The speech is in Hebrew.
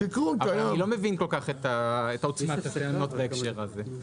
אבל אני לא מבין כל כך את עוצמת הטענות בהקשר הזה.